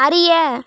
அறிய